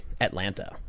Atlanta